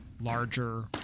larger